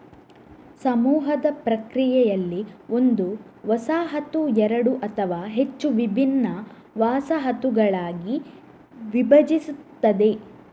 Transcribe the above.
ಸಮೂಹದ ಪ್ರಕ್ರಿಯೆಯಲ್ಲಿ, ಒಂದು ವಸಾಹತು ಎರಡು ಅಥವಾ ಹೆಚ್ಚು ವಿಭಿನ್ನ ವಸಾಹತುಗಳಾಗಿ ವಿಭಜಿಸುತ್ತದೆ